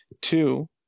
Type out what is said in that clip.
two